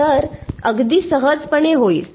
तर अगदी सहजपणे होईल